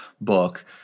book